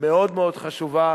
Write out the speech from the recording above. מאוד מאוד חשובה,